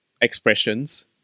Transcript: expressions